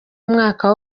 umwaka